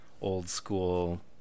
old-school